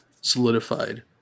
solidified